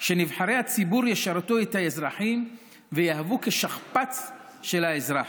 שנבחרי הציבור ישרתו את האזרחים ויהוו שכפ"ץ של האזרח.